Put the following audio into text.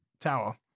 towel